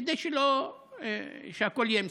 כדי שהכול יהיה מסודר.